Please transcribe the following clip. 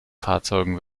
fahrzeugen